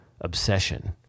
obsession